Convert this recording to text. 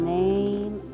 name